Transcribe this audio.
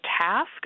task